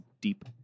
deep-